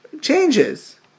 changes